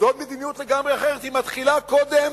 זאת מדיניות לגמרי אחרת, היא מתחילה קודם,